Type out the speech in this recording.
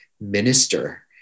minister